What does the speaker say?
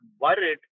worried